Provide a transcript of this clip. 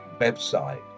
website